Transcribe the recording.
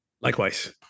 Likewise